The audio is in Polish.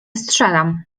strzelam